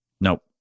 Nope